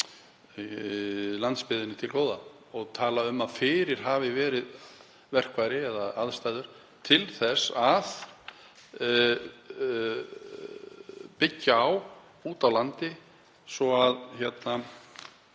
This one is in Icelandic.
landsbyggðinni til góða og tala um að fyrir hafi verið til verkfæri eða aðstæður til þess að byggja á úti á landi svo að það